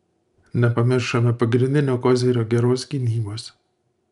nepamiršome pagrindinio kozirio geros gynybos